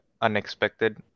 unexpected